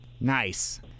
Nice